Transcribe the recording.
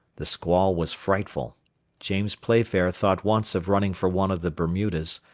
the squall was frightful james playfair thought once of running for one of the bermudas,